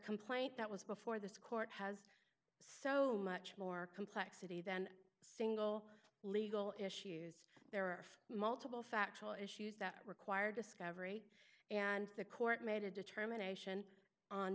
complaint that was before the court has so much more complexity than single legal issues there are multiple factual issues that require discovery and the court made a determination on